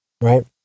Right